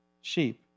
sheep